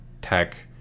tech